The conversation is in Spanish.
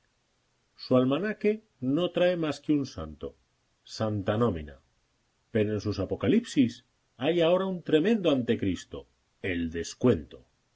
su almanaque no trae más que un santo santa nómina pero en sus apocalipsis hay ahora un tremendo antecristo el descuento